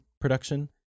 production